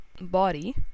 body